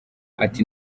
ati